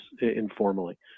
informally